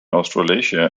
australasia